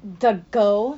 the girl